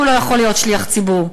שהוא לא יוכל להיות שליח ציבור,